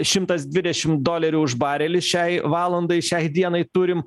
šimtas dvidešim dolerių už barelį šiai valandai šiai dienai turim